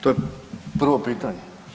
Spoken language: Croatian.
To je prvo pitanje.